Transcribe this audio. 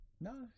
No